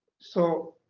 so